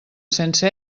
sense